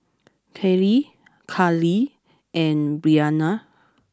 Cary Karlee and Breanna